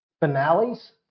finales